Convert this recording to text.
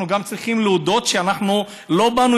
אנחנו גם צריכים להודות שאנחנו לא באנו